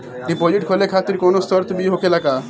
Deposit खोले खातिर कौनो शर्त भी होखेला का?